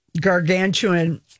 Gargantuan